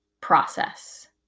process